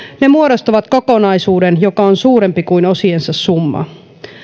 ne muodostavat kokonaisuuden joka on suurempi kuin osiensa summa